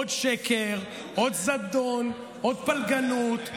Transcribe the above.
עוד שקר, עוד זדון, עוד פלגנות.